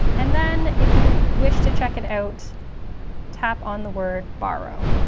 and then if you wish to check it out tap on the word borrow.